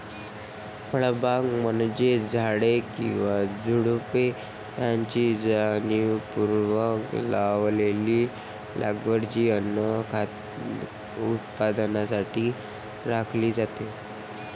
फळबागा म्हणजे झाडे किंवा झुडुपे यांची जाणीवपूर्वक लावलेली लागवड जी अन्न उत्पादनासाठी राखली जाते